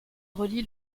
relie